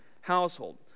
household